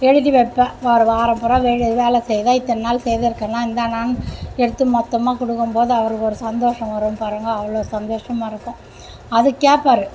எழுதி வைப்பேன் ஒரு வாரம் பூரா வீடு வேலை செய்தால் இத்தனை நாள் செய்திருக்கேண்ணா இந்தாண்ணான்னு எடுத்து மொத்தமா கொடுக்கும்போது அவருக்கு ஒரு சந்தோஷம் வரும் பாருங்கள் அவ்வளோ சந்தோஷமாயிருக்கும் அது கேப்பார்